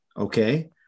Okay